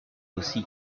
aussi